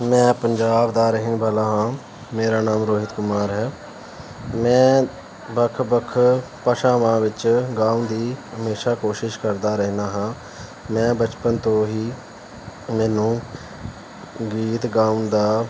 ਮੈਂ ਪੰਜਾਬ ਦਾ ਰਹਿਣ ਵਾਲਾ ਹਾਂ ਮੇਰਾ ਨਾਮ ਰੋਹਿਤ ਕੁਮਾਰ ਹੈ ਮੈਂ ਵੱਖ ਵੱਖ ਭਾਸ਼ਾਵਾਂ ਵਿੱਚ ਗਾਉਣ ਦੀ ਹਮੇਸ਼ਾ ਕੋਸ਼ਿਸ਼ ਕਰਦਾ ਰਹਿੰਦਾ ਹਾਂ ਮੈਂ ਬਚਪਨ ਤੋਂ ਹੀ ਮੈਨੂੰ ਗੀਤ ਗਾਉਣ ਦਾ